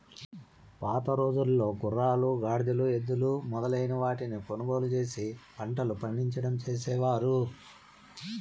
పాతరోజుల్లో గుర్రాలు, గాడిదలు, ఎద్దులు మొదలైన వాటిని కొనుగోలు చేసి పంటలు పండించడం చేసేవారు